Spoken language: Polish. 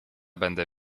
będę